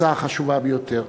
כחשובה ביותר.